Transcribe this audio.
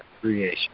creation